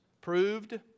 proved